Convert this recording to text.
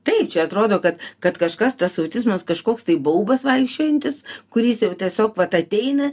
taip čia atrodo kad kad kažkas tas autizmas kažkoks tai baubas vaikščiojantis kuris jau tiesiog vat ateina